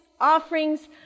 offerings